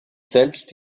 selbst